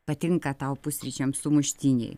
patinka tau pusryčiams sumuštiniai